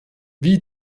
wie